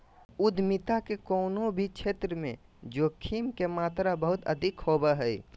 उद्यमिता के कउनो भी क्षेत्र मे जोखिम के मात्रा बहुत अधिक होवो हय